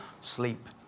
sleep